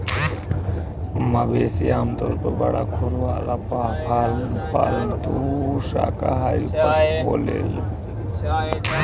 मवेशी आमतौर पर बड़ खुर वाला पालतू शाकाहारी पशु होलेलेन